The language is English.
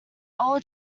old